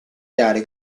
creare